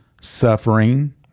suffering